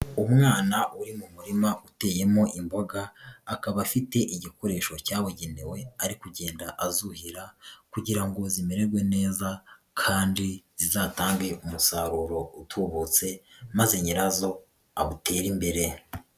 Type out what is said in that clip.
Umwana uri mu murima uteyemo imboga akaba afite igikoresho cyabugenewe ari kugenda azuhira kugira ngo zimererwe neza kandi zizatange umusaruro utubutse maze nyira zo atere imbere.